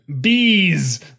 Bees